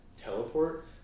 Teleport